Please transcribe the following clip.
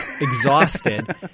exhausted